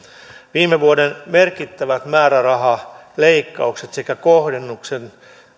viime vuoden merkittävät määrärahaleikkaukset sekä kohdennuksen